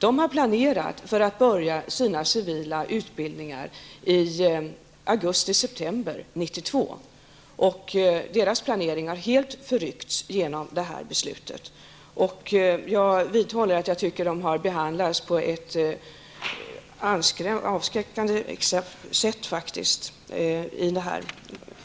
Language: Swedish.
De har planerat för att börja sina civila utbildningar i augusti/september 1992, och deras planering har helt förryckts genom detta beslut. Jag vidhåller att jag tycker att de har behandlats på ett avskräckande sätt i den här